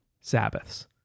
Sabbaths